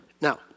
Now